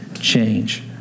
change